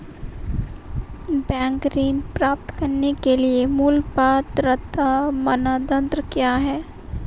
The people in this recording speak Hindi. बैंक ऋण प्राप्त करने के लिए मूल पात्रता मानदंड क्या हैं?